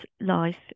life